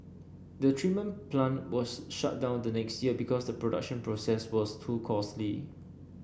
the treatment plant was shut down the next year because the production process was too costly